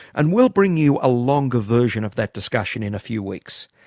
and we'll bring you a longer version of that discussion in a few weeks,